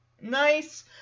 nice